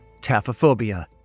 taphophobia